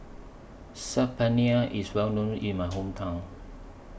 Saag Paneer IS Well known in My Hometown